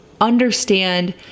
understand